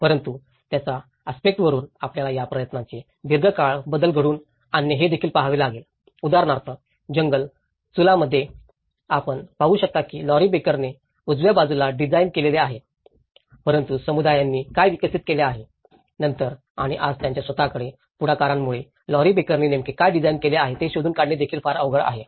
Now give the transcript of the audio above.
परंतु त्याच आस्पेक्टवरुन आपल्याला या प्रयत्नांचे दीर्घकाळ बदल घडवून आणणे देखील पाहावे लागेल उदाहरणार्थ उदाहरणार्थ जंगल चुलामध्ये आपण पाहू शकता की लॉरी बेकरने उजव्या बाजूला डिझाइन केलेले आहे परंतु समुदायांनी काय विकसित केले आहे नंतर आणि आज त्यांच्या स्वत च्या पुढाकारांमुळे लॉरी बेकरने नेमके काय डिझाइन केले आहे ते शोधून काढणे देखील फारच अवघड आहे